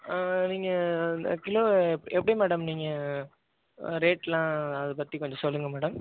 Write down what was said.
நீங்கள் கிலோ எப் எப்படி மேடம் நீங்கள் ரேட் எல்லாம் அதைப்பத்தி கொஞ்சம் சொல்லுங்கள் மேடம்